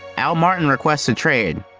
al martin request a trade,